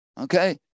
okay